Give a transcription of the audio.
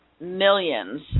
millions